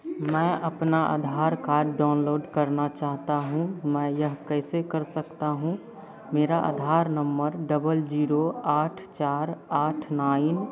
मैं अपना Aadhaar card download करना चाहता हूँ मैं यह कैसे कर सकता हूँ मेरा आधार नम्बर डबल जीरो आठ चार आठ नाइन